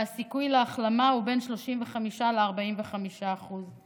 והסיכוי להחלמה הוא 35% 45%;